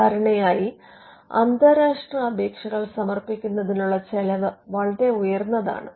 സാധാരണയായി അന്താരാഷ്ട്ര അപേക്ഷകൾ സമർപ്പിക്കുന്നതിനുള്ള ചെലവ് വളരെ ഉയർന്നതാണ്